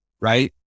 right